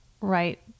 right